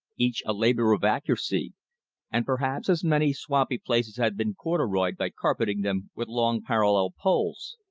each a labor of accuracy and perhaps as many swampy places had been corduroyed by carpeting them with long parallel poles.